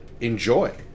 enjoy